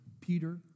Peter